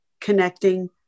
connecting